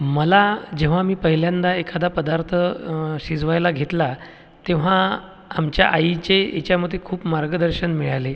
मला जेव्हा मी पहिल्यांदा एखादा पदार्थ शिजवायला घेतला तेव्हा आमच्या आईचे ह्याच्यामध्ये खूप मार्गदर्शन मिळाले